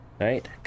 Right